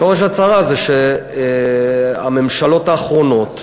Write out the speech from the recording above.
שורש הצרה, שהממשלות האחרונות,